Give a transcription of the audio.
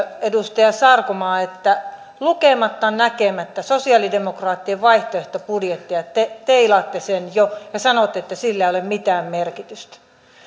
edustaja sarkomaa että lukematta näkemättä sosialidemokraattien vaihtoehtobudjettia te teilaatte sen jo ja sanotte että sillä ei ole mitään merkitystä